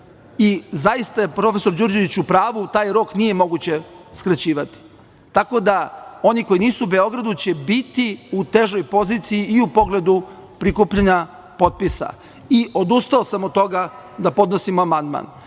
i zaista je profesor Đurđević u pravu, taj rok nije moguće skraćivati. Tako da oni koji nisu u Beogradu će biti u težoj poziciji i u pogledu prikupljanja potpisa. Odustao sam od toga da podnosim amandman. Ja